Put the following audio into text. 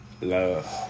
Love